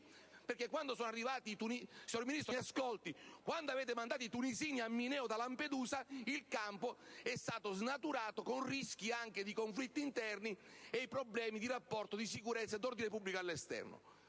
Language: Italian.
quando avete mandato i tunisini a Mineo da Lampedusa il campo è stato snaturato, con rischi anche di conflitti interni e con i problemi di sicurezza e di ordine pubblico all'esterno.